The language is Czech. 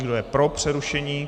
Kdo je pro přerušení?